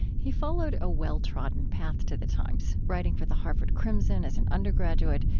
he followed a well-trodden path to the times writing for the harvard crimson as an undergraduate,